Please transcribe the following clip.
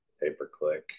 pay-per-click